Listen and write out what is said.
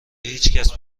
هیچکس